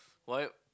why